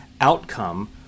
outcome